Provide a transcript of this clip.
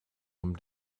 them